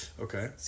Okay